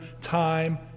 time